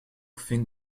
fing